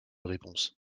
réponse